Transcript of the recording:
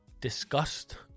disgust